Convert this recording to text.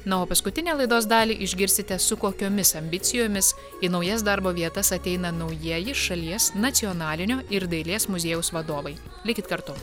na o paskutinę laidos dalį išgirsite su kokiomis ambicijomis į naujas darbo vietas ateina naujieji šalies nacionalinio ir dailės muziejaus vadovai likit kartu